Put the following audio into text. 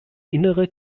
innere